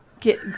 Get-